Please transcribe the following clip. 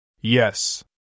Yes